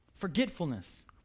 forgetfulness